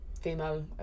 female